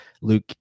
Luke